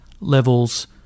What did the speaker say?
levels